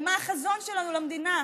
על מה החזון שלנו למדינה.